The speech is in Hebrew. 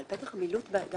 על פתח מילוט לא